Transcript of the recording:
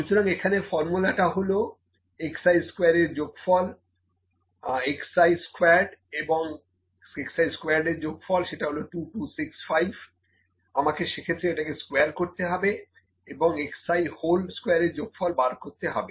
সুতরাং এখানে ফর্মুলাটা হলো xi এর যোগফল xi স্কোয়ার্ড এর যোগফল সেটা হলো 2265 আমাকে সেক্ষেত্রে এটাকে স্কোয়ার করতে হবে এবং xi হোলস্কোয়ারের যোগফল বার করতে হবে